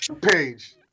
Page